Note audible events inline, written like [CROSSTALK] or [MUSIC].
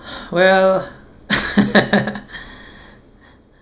well [LAUGHS]